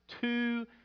two